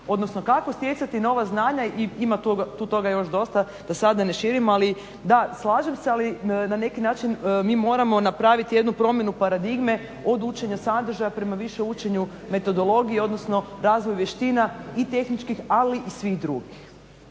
odnosno kako stjecati nova znanja i imaju tu toga još dosta da sada ne širimo. Ali, da, slažem se, ali na neki način mi moramo napraviti jednu promjenu paradigme od učenja sadržaja prema više učenju metodologiji odnosno razvoju vještina i tehničkih ali i svih drugih.